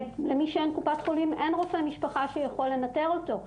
למי שאין קופת חולים אין רופא משפחה שיכול לנטר אותו.